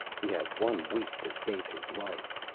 we have one week to save his life.